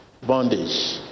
bondage